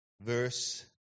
verse